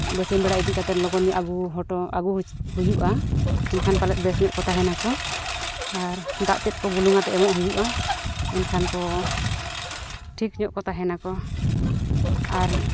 ᱵᱟᱹᱥᱭᱟᱹᱢ ᱵᱟᱲᱟ ᱤᱫᱤ ᱠᱟᱛᱮᱫ ᱞᱚᱜᱚᱱ ᱧᱚᱜ ᱟᱹᱜᱩ ᱦᱚᱴᱚ ᱟᱹᱜᱩ ᱦᱩᱭᱩᱜᱼᱟ ᱮᱱᱠᱷᱟᱱ ᱯᱟᱞᱮᱫ ᱵᱮᱥ ᱧᱚᱜ ᱠᱚ ᱛᱟᱦᱮᱱᱟᱠᱚ ᱟᱨ ᱫᱟᱜ ᱛᱮᱫ ᱠᱚ ᱵᱩᱞᱩᱝ ᱟᱛᱮᱫ ᱠᱚ ᱮᱢᱚᱜ ᱦᱩᱭᱩᱜᱼᱟ ᱮᱱᱠᱷᱟᱱ ᱠᱚ ᱴᱷᱤᱠ ᱧᱚᱜ ᱠᱚ ᱛᱟᱦᱮᱸ ᱱᱟᱠᱚ ᱟᱨ